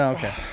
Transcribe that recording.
Okay